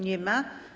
Nie ma.